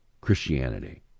Christianity